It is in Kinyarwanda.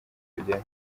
kujyayo